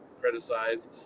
criticize